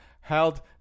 held